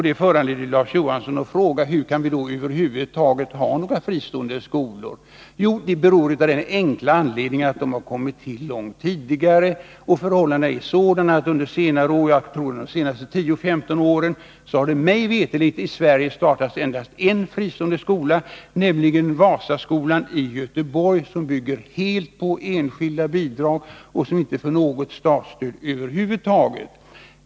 Detta föranleder Larz Johansson att fråga hur vi då över huvud taget kan ha några fristående skolor. Jo, av den enkla anledningen att de har kommit till långt tidigare. Förhållandena är sådana att det i Sverige under senare år, jag tror de senaste 10-15 åren, mig veterligt startats endast en fristående skola, nämligen Vasaskolan i Göteborg, som bygger helt på enskilda bidrag och som inte får något statligt stöd över huvud taget.